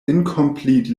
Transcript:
incomplete